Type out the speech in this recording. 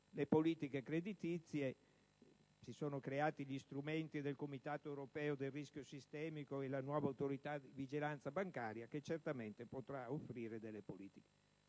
le politiche creditizie e per questo si sono creati gli strumenti del Comitato europeo del rischio sistemico e la nuova autorità di vigilanza bancaria, che certamente potrà offrire delle politiche.